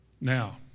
Now